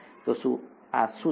તો આ શું છે